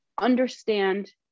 understand